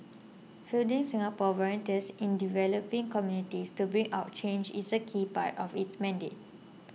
fielding Singapore volunteers in developing communities to bring about change is a key part of its mandate